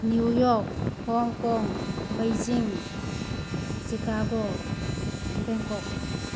New York Hong Kong Beijing Chicago Bangkok